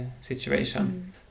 situation